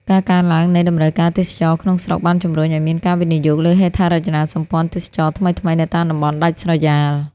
ការកើនឡើងនៃតម្រូវការទេសចរណ៍ក្នុងស្រុកបានជំរុញឱ្យមានការវិនិយោគលើហេដ្ឋារចនាសម្ព័ន្ធទេសចរណ៍ថ្មីៗនៅតាមតំបន់ដាច់ស្រយាល។